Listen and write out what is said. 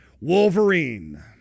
Wolverine